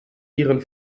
ihren